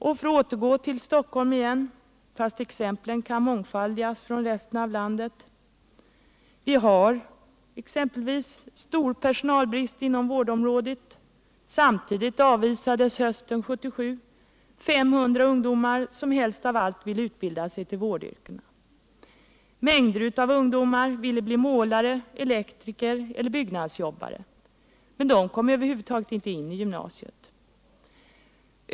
För att återgå till Stockholm igen — fast exemplen kan mångfaldigas från övriga delar av landet — så har vi stor personalbrist inom vårdområdet. Under höstterminen 1977 avvisades samtidigt 500 ungdomar som helst av allt ville utbilda sig till vårdyrkena. Mängder av ungdomar ville bli målare, elektriker eller byggnadsjobbare. Men de kom över huvud taget inte in i gymnasiet.